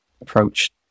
approach